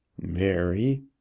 Mary